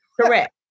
Correct